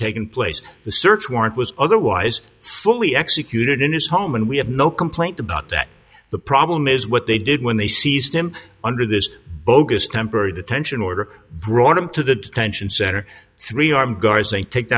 taken place the search warrant was otherwise fully executed in his home and we have no complaint about that the problem is what they did when they seized him under this bogus temporary detention order brought him to the detention center three armed guards they